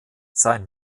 sein